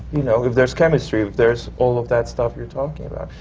you know, if there's chemistry, if there's all of that stuff you're talking about.